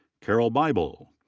carol bible.